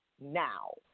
now